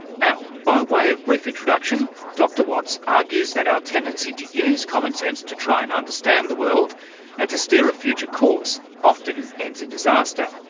now by way of a brief introduction dr watts argues that our tendency to use common sense to try and understand the world and to steer a future course often ends in disaster.